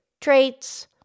traits